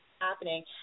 happening